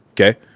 okay